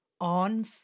on